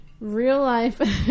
real-life